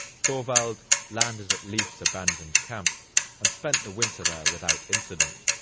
thorvald landed at leif's abandoned camp and spent the winter there without incident.